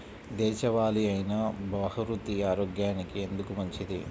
దేశవాలి అయినా బహ్రూతి ఆరోగ్యానికి ఎందుకు మంచిది?